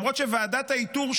למרות שוועדת האיתור,